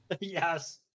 Yes